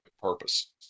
purpose